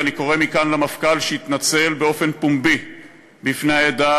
ואני קורא מכאן למפכ"ל שיתנצל באופן פומבי בפני העדה,